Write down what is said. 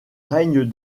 règne